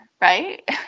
right